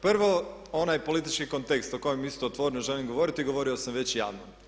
Prvo, onaj politički kontekst o kojem isto otvoreno želim govoriti i govorio sam već javno.